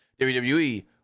WWE